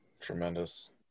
Tremendous